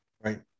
Right